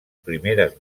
primeres